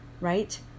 right